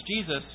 Jesus